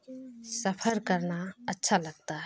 سفر کرنا اچھا لگتا ہے